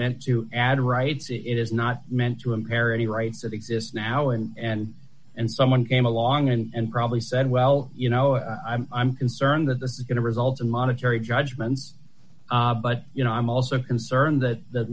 meant to add rights it is not meant to impair any rights that exists now and and and someone came along and probably said well you know i'm concerned that this is going to result in monetary judgments but you know i'm also concerned that the